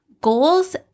goals